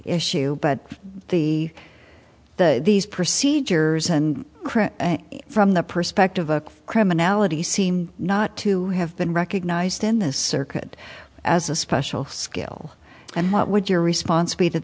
issue but the the these procedures and from the perspective of criminality seem not to have been recognized in this circuit as a special skill and what would your response be